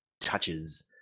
touches